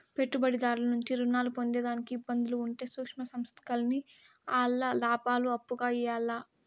పెట్టుబడిదారుల నుంచి రుణాలు పొందేదానికి ఇబ్బందులు ఉంటే సూక్ష్మ సంస్థల్కి ఆల్ల లాబాలు అప్పుగా ఇయ్యాల్ల